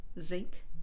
zinc